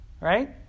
Right